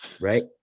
Right